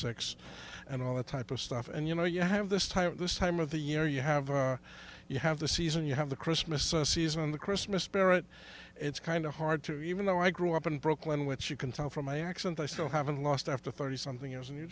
six and all that type of stuff and you know you have this type of this time of the year you have a you have the season you have the christmas season the christmas spirit it's kind of hard to even though i grew up in brooklyn which you can tell from my accent i still haven't lost after thirty something years in new